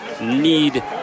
need